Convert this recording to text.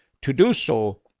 to do so,